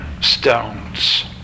stones